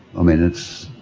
i mean it's,